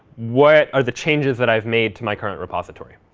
what are the changes that i've made to my current repository.